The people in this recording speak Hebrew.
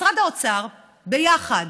משרד האוצר, ביחד